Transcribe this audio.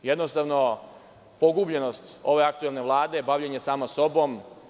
Jednostavno, pogubljenost ove aktuelne Vlade, bavljenja sama sobom.